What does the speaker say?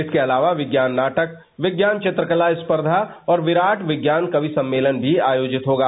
इसके अलावा विज्ञान नाटक विज्ञान चित्रकला स्पर्धा और विराट विज्ञान कवि सम्मेलन भी आयोजित होगा